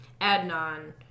Adnan